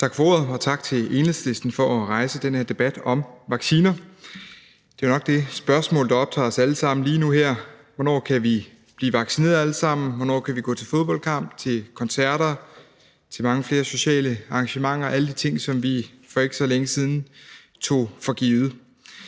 Tak for ordet. Og tak til Enhedslisten for at rejse den her debat om vacciner. Det er jo nok det spørgsmål, der optager os alle sammen lige nu og her: Hvornår kan vi blive vaccineret alle sammen? Hvornår kan vi gå til fodboldkamp, til koncerter, til mange flere sociale arrangementer og alle de ting, som vi for ikke så længe siden tog for givet?